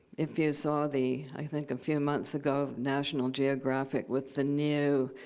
if you saw the, i think a few months ago, national geographic with the new,